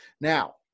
Now